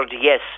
yes